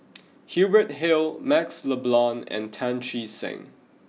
Hubert Hill Maxle Blond and Tan Che Sang